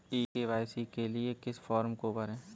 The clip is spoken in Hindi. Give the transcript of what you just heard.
ई के.वाई.सी के लिए किस फ्रॉम को भरें?